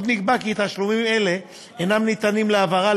עוד נקבע כי תשלומים אלו אינם ניתנים להעברה,